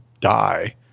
die